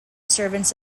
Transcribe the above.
servants